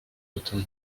autant